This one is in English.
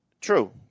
True